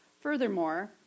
Furthermore